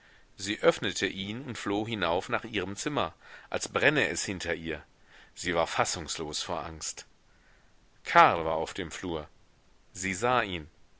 sie öffnete ihn und floh hinauf nach ihrem zimmer als brenne es hinter ihr sie war fassungslos vor angst karl war auf dem flur sie sah ihn